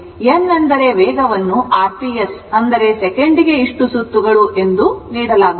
n ಅಂದರೆ ವೇಗವನ್ನು rps ಅಂದರೆ ಸೆಕೆಂಡಿಗೆ ಇಷ್ಟು ಸುತ್ತುಗಳು ಎಂದು ನೀಡಲಾಗುತ್ತದೆ